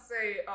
say